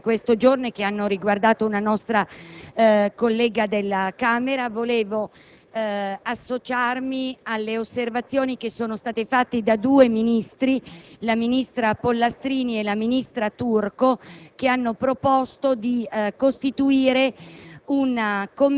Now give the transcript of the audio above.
in merito ai fatti che sono avvenuti in questi giorni e che hanno riguardato una nostra collega della Camera, intendo associarmi alle osservazioni che sono state fatte da due Ministre - la Pollastrini e la Turco